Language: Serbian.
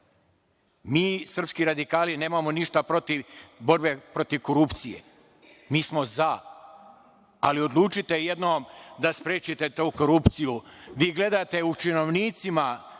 srpski radikali nemamo ništa protiv borbe protiv korupcije. Mi smo za, ali odlučite jednom da sprečite tu korupciju. Vi gledate u činovnicima